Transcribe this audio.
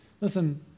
Listen